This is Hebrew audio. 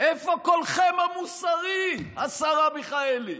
איפה קולכם המוסרי, השרה מיכאלי?